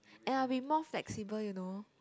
and I'll be more flexible you know